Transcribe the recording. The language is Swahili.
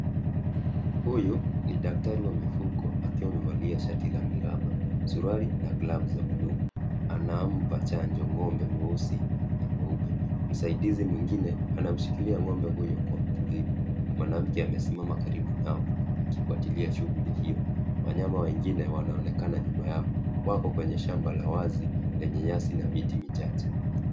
Huyu ni daktari wa mifugo akiwa amevalia shati la miraba, suruali na glavu za buluu. Anampa chanjo ng'ombe mweusi na mweupe. Msaidizi mwingine anamshikilia ng'ombe huyo kwa utulivu. Mwanamke amesimama karibu nao akifuatilia shughuli hiyo. Wanyama wengine wanaonekana nyuma yao. Wako kwenye shamba la wazi lenye nyasi na miti michache.